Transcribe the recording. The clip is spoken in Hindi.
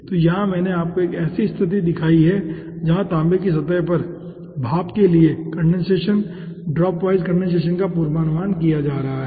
तो यहां मैंने आपको एक ऐसी स्थिति दिखाई है जहां तांबे की सतह पर भाप के लिए कंडेनसेशन ड्रॉप वाइज कंडेनसेशन का पूर्वानुमान किया जा रहा है